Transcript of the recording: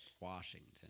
Washington